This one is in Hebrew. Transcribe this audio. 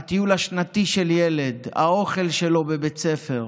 הטיול השנתי של ילד, האוכל שלו בבית הספר,